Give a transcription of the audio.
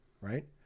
right